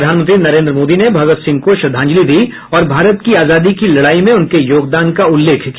प्रधानमंत्री नरेन्द्र मोदी ने भगत सिंह को श्रद्धांजलि दी और भारत की आजादी की लड़ाई में उनके योगदान का उल्लेख किया